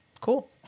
Cool